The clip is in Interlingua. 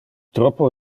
troppo